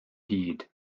hyd